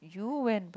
you went but